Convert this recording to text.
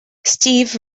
steve